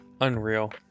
Unreal